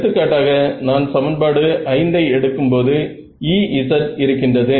எடுத்துக்காட்டாக நான் சமன்பாடு 5 ஐ எடுக்கும் போது Ez இருக்கின்றது